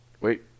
Wait